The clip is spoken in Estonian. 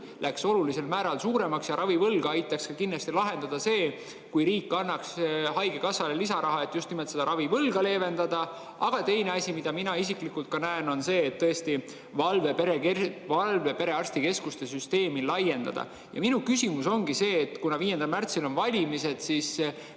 läks olulisel määral suuremaks. Ja ravivõlga aitaks kindlasti lahendada see, kui riik annaks haigekassale lisaraha, et just nimelt seda ravivõlga leevendada. Aga teine asi, mida mina isiklikult näen, on see, et tõesti [tuleks] valveperearstikeskuste süsteemi laiendada. Ja minu küsimus ongi see. Kuna 5. märtsil on valimised, siis